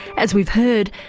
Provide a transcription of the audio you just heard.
as we've heard,